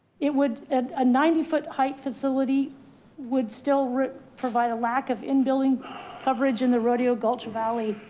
it would at a ninety foot height facility would still provide a lack of in building coverage in the rodeo gulch valley.